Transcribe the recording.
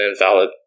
invalid